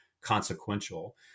consequential